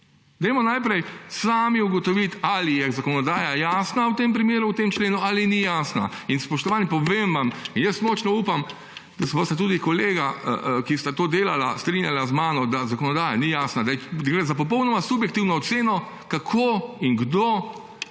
najprej sami ugotoviti, ali je zakonodaja jasna v tem primeru, v tem členu, ali ni jasna. In spoštovani, povem vam – jaz močno upam, da se bosta tudi kolega, ki sta to delala, strinjala z mano –, da zakonodaja ni jasna, da gre za popolnoma subjektivno oceno, kako in kdo